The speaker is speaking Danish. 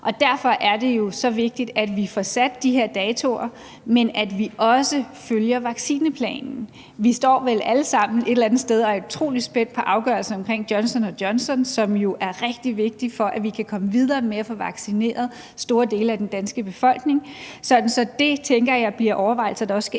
Derfor er det jo så vigtigt, at vi får sat de her datoer, men at vi også følger vaccineplanen. Vi står vel alle sammen et eller andet sted og er utrolig spændte på afgørelsen med hensyn til Johnson & Johnson-vaccinen, som jo er rigtig vigtig for, at vi kan komme videre med at få vaccineret store dele af den danske befolkning. Det tænker jeg bliver overvejelser, der også skal